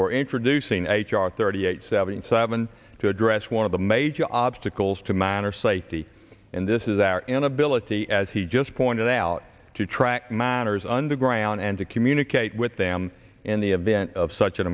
for introducing h r thirty eight seventy seven to address one of the major obstacles to miner safety in this is our inability as he just pointed out to track miners underground and to communicate with them in the event of such an